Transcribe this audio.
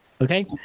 Okay